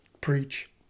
preach